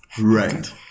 Right